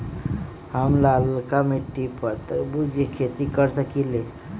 हम लालका मिट्टी पर तरबूज के खेती कर सकीले?